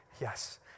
yes